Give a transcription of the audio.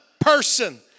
person